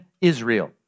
Israel